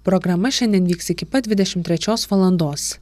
programa šiandien vyks iki pat dvidešimt trečios valandos